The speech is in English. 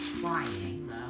trying